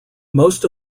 most